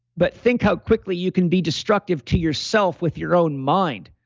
but think how quickly you can be destructive to yourself with your own mind.